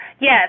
yes